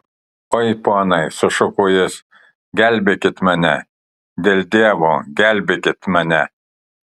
oi ponai sušuko jis gelbėkit mane dėl dievo gelbėkit mane